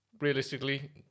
Realistically